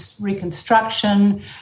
reconstruction